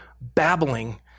babbling